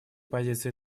позиции